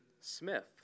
Smith